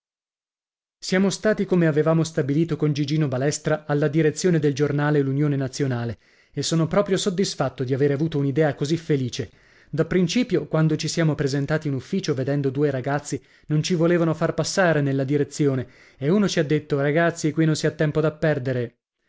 siamo stati come avevamo stabilito con gigino balestra alla direzione del giornale l'unione nazionale e sono proprio soddisfatto di avere avuto un'idea cosi felice da principio quando ci siamo presentati in ufficio vedendo due ragazzi non ci volevano far passare nella direzione e uno ci ha detto ragazzi qui non si ha tempo da perdere